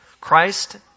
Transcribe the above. Christ